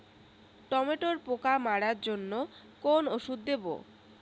টমেটোর পোকা মারার জন্য কোন ওষুধ দেব?